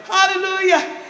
Hallelujah